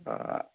অ